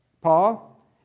Paul